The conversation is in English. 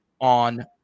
on